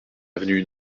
avenue